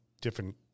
different